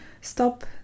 stop